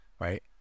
Right